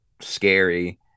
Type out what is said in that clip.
scary